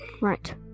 right